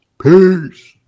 Peace